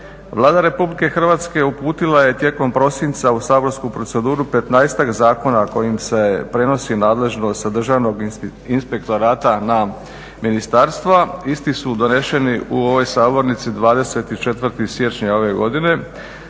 Vlada RH uputila je tijekom prosinca u saborsku proceduru 15-tak zakona kojim se prenosi nadležnost sa državnog inspektorata na ministarstva. Isti su doneseni u ovoj sabornici 24. siječnja ove godine.